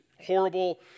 horrible